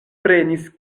prenis